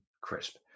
crisp